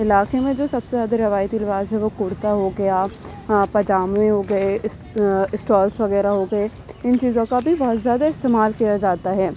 علاقے میں جو سب سے زیادہ روایتی لباس ہے وہ کرتا ہوگیا پائجامے ہوگیے اسٹالس وغیرہ ہوگیے ان چیزوں کا بھی بہت زیادہ استعمال کیا جاتا ہے